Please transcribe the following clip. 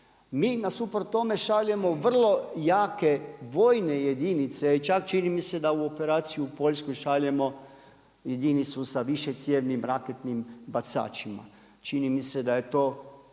Mi nasuprot tome šaljemo vrlo jake vojne jedinice i čak čini mi se da u operaciju u Poljsku šaljemo jedinicu sa višecijevnim raketnim bacačima. Čini mi se da je to